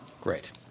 Great